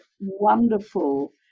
wonderful